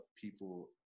people